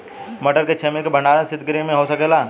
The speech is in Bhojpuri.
मटर के छेमी के भंडारन सितगृह में हो सकेला?